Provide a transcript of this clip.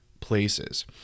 places